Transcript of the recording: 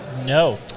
No